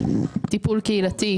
טיפול קהילתי,